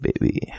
baby